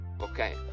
okay